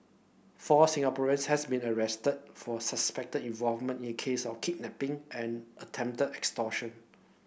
four Singaporeans has been arrested for suspected involvement in case of kidnapping and attempted extortion